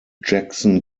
jackson